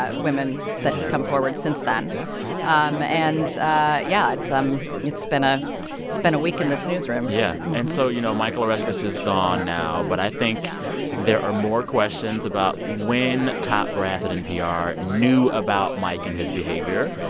ah women that have come forward since then yeah um and ah yeah, it's um it's been ah a week in this newsroom yeah and so, you know, michael oreskes is gone now. but i think there are more questions about when top brass at npr knew about mike and his behavior,